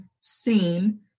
seen